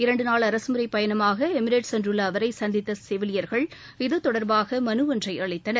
இரண்டு நாள் அரசுமுறைப் பயணமாக எமிரேட் சென்றுள்ள அவரை சந்தித்த செவிலியர்கள் இது தொடர்பாக மனு ஒன்றை அளித்தனர்